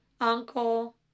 uncle